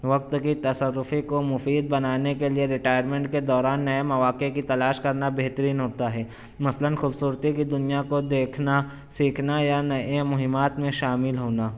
وقت کی تصرفی کو مفید بنانے کے لیے رٹائرمنٹ کے دوران نئے مواقع کی تلاش کرنا بہترین ہوتا ہے مثلاً خوبصورتی کی دنیا کو دیکھنا سیکھنا یا نئے مہمات میں شامل ہونا